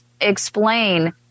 explain